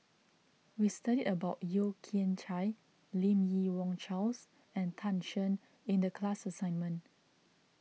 we studied about Yeo Kian Chai Lim Yi Yong Charles and Tan Shen in the class assignment